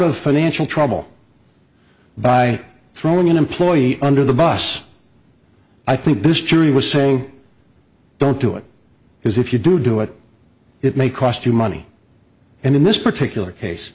of financial trouble by throwing an employee under the bus i think this jury was saying don't do it because if you do do it it may cost you money and in this particular case